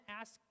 ask